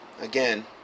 Again